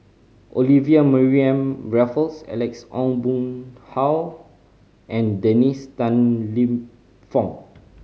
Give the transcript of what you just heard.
Olivia Mariamne Raffles Alex Ong Boon Hau and Dennis Tan Lip Fong